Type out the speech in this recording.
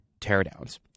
teardowns